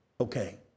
Okay